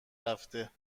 رفته